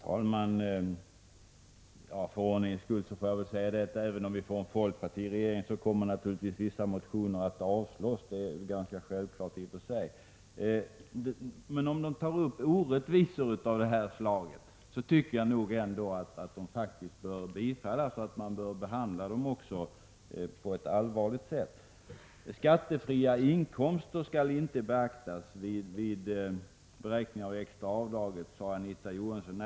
Herr talman! För ordningens skull får jag väl säga att vissa motioner naturligtvis skulle avslås, även om vi finge en folkpartiregering. Det är i och för sig ganska självklart. Men tar man i en motion upp orättvisor av det slag som det här är fråga om, tycker jag ändå att motionen bör behandlas på ett allvarligt sätt och bifallas. Skattefria inkomster skall inte beaktas vid beräkning av det extra avdraget, sade Anita Johansson.